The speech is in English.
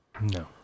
No